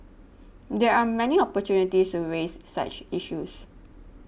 there are many opportunities to raise such issues